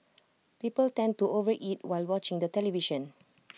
people tend to overeat while watching the television